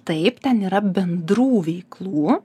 taip ten yra bendrų veiklų